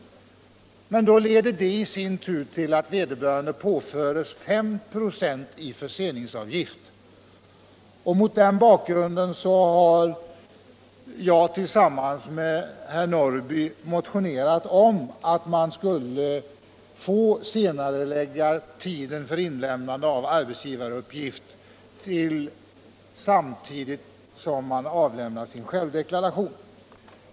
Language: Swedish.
Men då leder det i sin tur till att vederbörande påförs 5 26 i förseningsavgift. Mot den bakgrunden har jag, tillsammans med herr Norrby, motionerat om att tidpunkten för inlämnande av arbetsgivaruppgift skulle senareläggas och sammanfalla med den för avlämnandet av självdeklarationen.